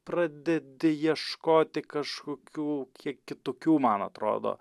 pradedi ieškoti kažkokių kiek kitokių man atrodo